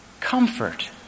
comfort